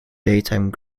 daytime